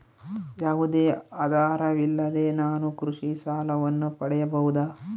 ಯಾವುದೇ ಆಧಾರವಿಲ್ಲದೆ ನಾನು ಕೃಷಿ ಸಾಲವನ್ನು ಪಡೆಯಬಹುದಾ?